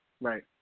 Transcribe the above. right